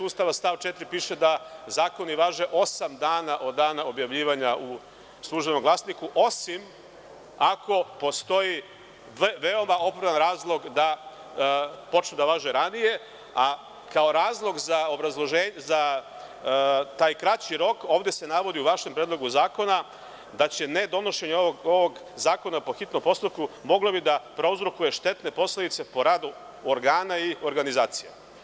Ustava stav 4. piše da zakoni važe osam dana od dana objavljivanja u „Službenom glasniku“, osim ako postoji veoma opravdan razlog da počne da važi ranije, a kao razlog za taj kraći rok ovde se navodi u vašem Predlogu zakona da će ne donošenje ovog zakona po hitnom postupku moglo bi da prouzrokuje štetne posledice po rad organa i organizacija.